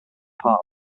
part